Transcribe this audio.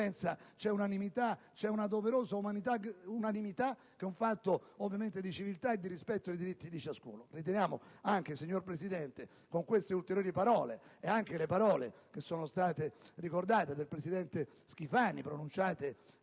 c'è convergenza, c'è una doverosa unanimità, che è un fatto di civiltà e di rispetto dei diritti di ciascuno. Riteniamo anche, signor Presidente, con queste ulteriori parole e con le parole, che sono state ricordate, del presidente Schifani, pronunciate